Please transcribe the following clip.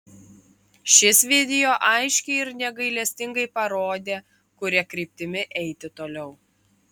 šis video aiškiai ir negailestingai parodė kuria kryptimi eiti toliau